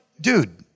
dude